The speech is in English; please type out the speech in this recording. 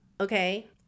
okay